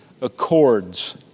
accords